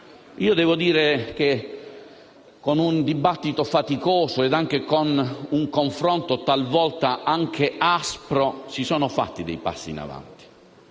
ma devo dire che con un dibattito faticoso e un confronto, talvolta anche aspro, si sono fatti alcuni passi in avanti.